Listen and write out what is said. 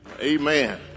Amen